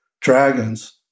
dragons